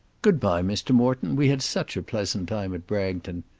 good-bye, mr. morton we had such a pleasant time at bragton!